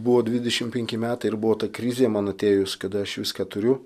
buvo dvidešim penki metai ir buvo ta krizė man atėjus kad aš viską turiu